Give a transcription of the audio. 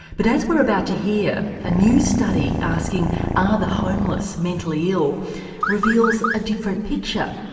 but as we're about to hear, a new study asking are the homeless mentally ill reveals a different picture.